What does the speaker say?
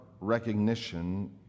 recognition